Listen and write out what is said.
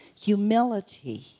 humility